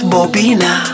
Bobina